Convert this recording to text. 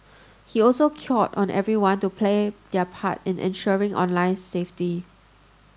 he also cured on everyone to play their part in ensuring online safety